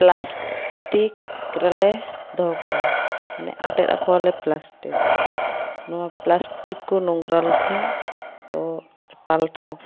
plastic ᱨᱮᱞᱮ ᱫᱚᱦᱚ ᱠᱚᱣᱟ ᱢᱟᱱᱮ ᱟᱴᱮᱫ ᱟᱠᱚᱣᱟᱞᱮ ᱯᱞᱟᱥᱴᱤᱠ ᱱᱱᱚᱣᱟ ᱯᱞᱟᱥᱴᱤᱠ ᱠᱚ ᱱᱳᱝᱜᱽᱨᱟ ᱞᱮᱠᱷᱟᱱ ᱛᱳ ᱯᱟᱞᱴᱟᱣ ᱟᱠᱚ